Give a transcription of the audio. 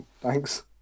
Thanks